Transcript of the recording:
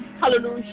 Hallelujah